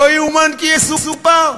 לא יאומן כי יסופר.